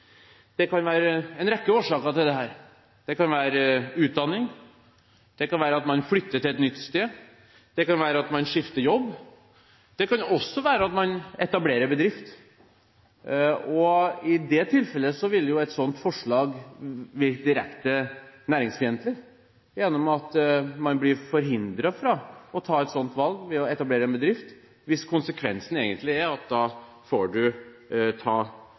Det kan være en rekke årsaker til dette. Det kan være utdanning, det kan være at man flytter til et nytt sted, og det kan være at man skifter jobb. Det kan også være at man etablerer en bedrift, og i det tilfellet vil jo et sånt forslag virke direkte næringsfiendtlig ved at man blir forhindret fra å ta et sånt valg som å etablere en bedrift, hvis konsekvensen da egentlig er at du får